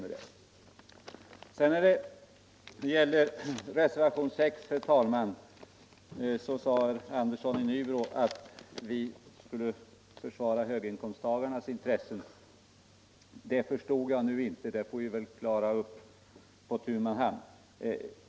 Vad sedan gäller reservationen 6 sade herr Andersson i Nybro att vi moderater försvarar höginkomsttagarnas intressen. Det förstod jag inte alls, men det får vi kanske klara upp på tu man hand.